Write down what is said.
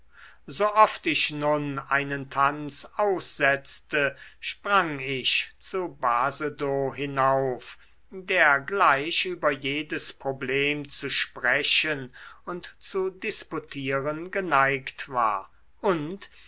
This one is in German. so oft ich nun einen tanz aussetzte sprang ich zu basedow hinauf der gleich über jedes problem zu sprechen und zu disputieren geneigt war und